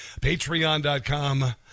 patreon.com